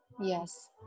Yes